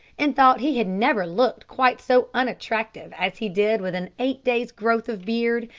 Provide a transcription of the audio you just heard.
and thought he had never looked quite so unattractive as he did with an eight-days' growth of beard,